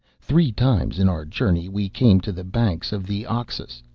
three times in our journey we came to the banks of the oxus.